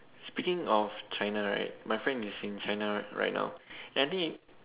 speaking of China right my friend is in China right now and I think he